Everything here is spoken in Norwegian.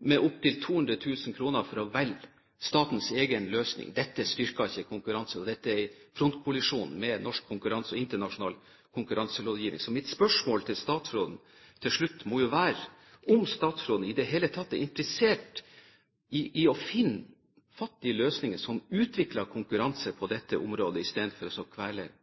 med opptil 200 000 kr, for å velge statens egen løsning. Dette styrker ikke konkurransen, og dette er frontkollisjon med norsk konkurranse og internasjonal konkurranselovgivning. Så mitt spørsmål til statsråden til slutt er om hun i det hele tatt er interessert i å finne løsninger som utvikler konkurranse på dette området, i stedet for å